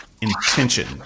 Intention